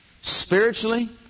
Spiritually